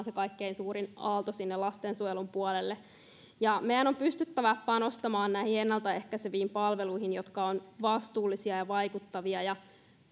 se kaikkein suurin aalto lastensuojelun puolelle meidän on pystyttävä panostamaan ennaltaehkäiseviin palveluihin jotka ovat vastuullisia ja vaikuttavia ja